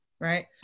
right